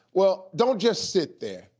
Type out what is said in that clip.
well don't just sit there.